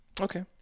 Okay